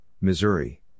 Missouri